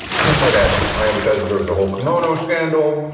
kim kardashian, right, because there was a whole kimono scandal.